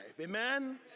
Amen